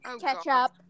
Ketchup